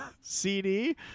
CD